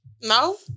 No